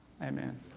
amen